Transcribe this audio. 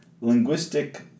linguistic